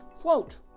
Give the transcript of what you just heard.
float